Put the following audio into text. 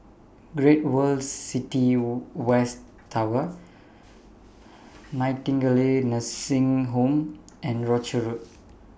Great World City West Tower Nightingale Nursing Home and Rochor Road